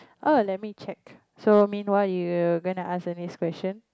oh let me check so meanwhile you gonna ask the next question